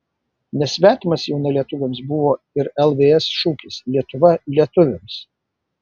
nesvetimas jaunalietuviams buvo ir lvs šūkis lietuva lietuviams